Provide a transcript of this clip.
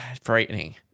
frightening